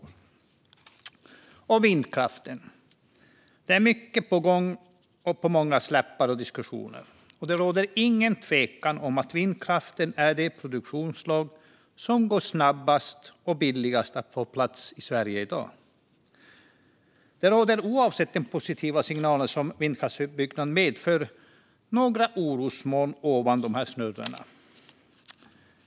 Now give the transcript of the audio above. När det gäller vindkraften är det mycket på gång, och den är på mångas läppar och i diskussioner. Det råder ingen tvekan om att vindkraften är det produktionsslag som går snabbast och är billigast att få på plats i Sverige i dag. Oavsett de positiva signaler som vindkraftsutbyggnaden medför finns det några orosmoln ovan snurrorna.